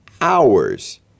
hours